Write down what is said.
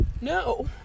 No